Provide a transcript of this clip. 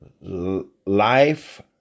life